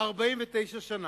49 שנה.